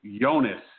Jonas